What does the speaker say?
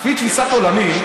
לפי תפיסת עולמי,